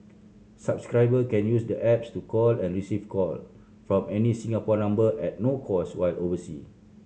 subscriber can use the apps to call and receive call from any Singapore number at no cost while oversea